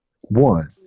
one